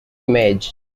image